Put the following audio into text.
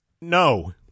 no